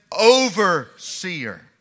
overseer